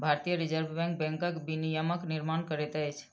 भारतीय reserve bank बैंकक विनियमक निर्माण करैत अछि